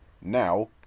now